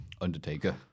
Undertaker